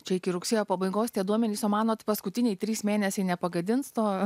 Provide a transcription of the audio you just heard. čia iki rugsėjo pabaigos tie duomenys o manot paskutiniai trys mėnesiai nepagadins to